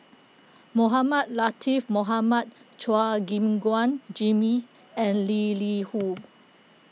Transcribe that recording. Mohamed Latiff Mohamed Chua Gim Guan Jimmy and Lee Li Hu